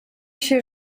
się